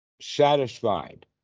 satisfied